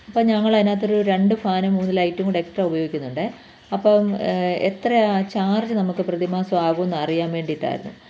അപ്പം ഞങ്ങൾ അതിനകത്ത് ഒരു രണ്ട് ഫാനും മൂന്ന് ലൈറ്റും കൂടെ എക്സ്ട്രാ ഉപയോഗിക്കുന്നുണ്ട് അപ്പം എത്രയാണ് ചാര്ജ് നമ്മൾക്ക് പ്രതിമാസം ആവും എന്നറിയാൻ വേണ്ടിയിട്ടായിരുന്നു